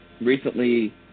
Recently